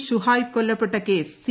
ഷുഹൈബ് കൊല്ലപ്പെട്ട case C